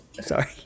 sorry